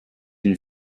une